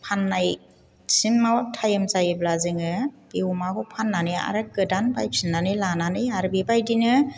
फाननायसिमाव time जायोब्ला जोङो बे अमाखौ फाननानै आरो गोदान बायफिननानै लानानै आरो बेबायदिनो